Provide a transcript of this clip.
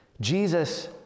Jesus